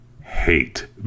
hate